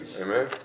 Amen